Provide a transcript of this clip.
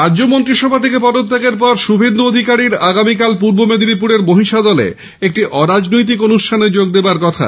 রাজ্য মন্ত্রিসভা থেকে পদত্যাগের পর শুভেন্দু আধিকারীর আগামীকাল পূর্ব মেদিনীপুরের মহিষাদলে একটি অরাজনৈতিক অনুষ্ঠানে যোগ দেওয়ার কথা